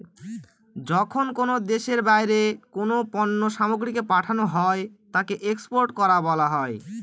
যখন কোনো দেশের বাইরে কোনো পণ্য সামগ্রীকে পাঠানো হয় তাকে এক্সপোর্ট করা বলা হয়